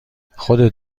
خودت